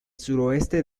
suroeste